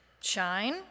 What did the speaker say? Shine